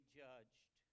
judged